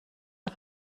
auf